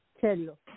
Cello